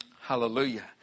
Hallelujah